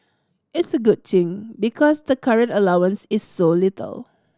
it's a good thing because the current allowance is so little